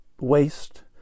waste